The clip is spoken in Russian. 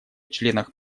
членов